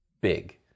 big